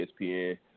ESPN